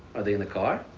are they in the car?